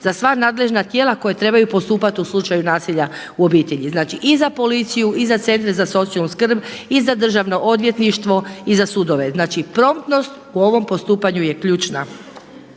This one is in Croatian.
za sva nadležna tijela koja trebaju postupati u slučaju nasilja u obitelji, znači i za policiju i za centre za socijalnu skrb, i za Državno odvjetništvo i za sudove. Promptnost u ovom postupanju je ključna.